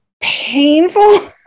painful